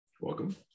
Welcome